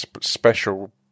special